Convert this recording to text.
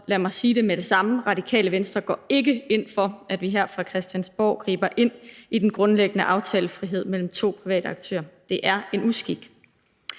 lad mig med det samme sige, at De Radikale ikke går ind for, at vi her fra Christiansborgs side griber ind i den grundlæggende aftalefrihed mellem to private aktører. Det er en uskik.